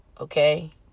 Okay